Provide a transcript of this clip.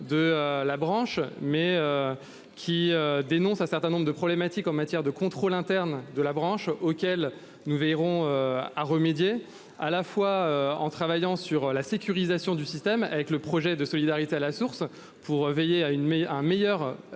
de la branche mais. Qui dénonce un certain nombre de problématiques, en matière de contrôle interne de la branche auquel nous veillerons à remédier à la fois en travaillant sur la sécurisation du système. Avec le projet de solidarité à la source pour veiller à une meilleure,